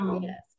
Yes